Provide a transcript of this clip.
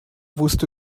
wusste